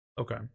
Okay